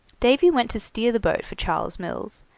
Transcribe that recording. davy went to steer the boat for charles mills,